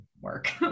work